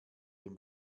dem